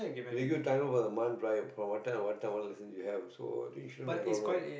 they give you time off the month right from what time to what time all you have also then shouldn't be a problem what